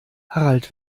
harald